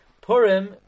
Purim